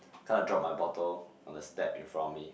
I kinda drop my bottle on the step in front of me